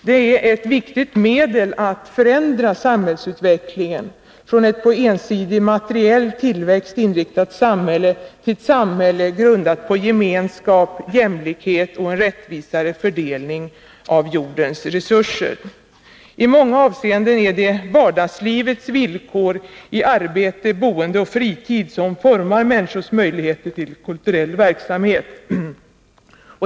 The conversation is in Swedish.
Den är ett viktigt medel då det gäller att förändra samhällsutvecklingen från ett på ensidig materiell tillväxt inriktat samhälle till ett samhälle grundat på gemenskap, jämlikhet och en rättvisare fördelning av jordens resurser. I många avseenden är det vardagslivets villkor i arbete, boende och fritid som formar människors möjlighet till kulturell verksamhet.